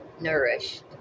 nourished